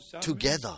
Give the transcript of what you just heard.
together